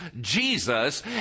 Jesus